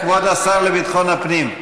כבוד השר לביטחון הפנים.